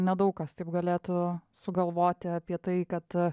nedaug kas taip galėtų sugalvoti apie tai kad